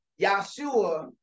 Yahshua